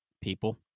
people